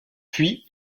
puis